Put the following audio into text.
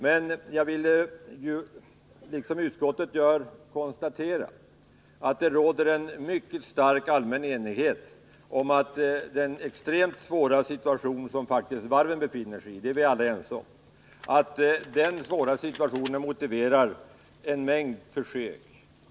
Men jag vill liksom utskottet konstatera att det råder en stor och allmän enighet om att den extremt svåra situation som varven befinner sig i motiverar en mängd försök.